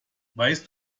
weißt